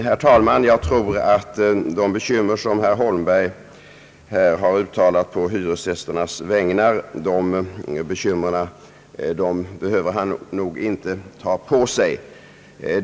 Herr talman! Jag tror att de bekymmer som herr Holmberg här har ut talat å hyresgästernas vägnar behöver han nog inte ta på sig.